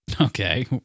Okay